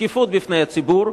שקיפות בפני הציבור,